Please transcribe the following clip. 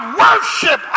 worship